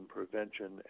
Prevention